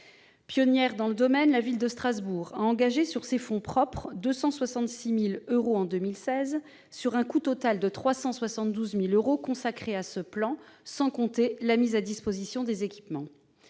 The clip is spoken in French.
Pionnière dans le domaine, la ville de Strasbourg a engagé sur ses fonds propres 266 000 euros en 2016, sur un coût total de 372 000 euros consacrés à ce plan, sans compter la mise à disposition des équipements.